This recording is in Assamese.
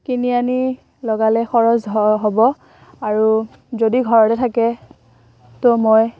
কিনি আনি লগালে খৰচ হয় হ'ব আৰু যদি ঘৰতে থাকে ত' মই